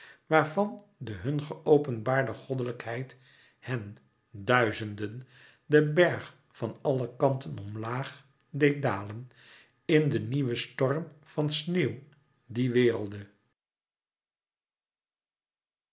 waarvan de hun geopenbaarde goddelijkheid hen duizenden den berg van alle kanten omlaag deed dalen in den nieuwen storm van sneeuw die wirrelde